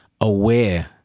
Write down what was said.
aware